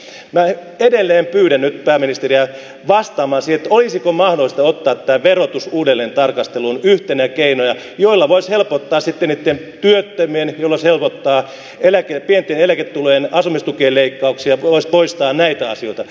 minä edelleen pyydän nyt pääministeriä vastaamaan siihen olisiko mahdollista ottaa tämä verotus uudelleen tarkasteluun yhtenä keinona jolla voisi helpottaa sitten niitten työttömien tilannetta voisi helpottaa pienten eläketulojen asumistukien leikkauksia voisi poistaa näitä asioita